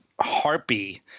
Harpy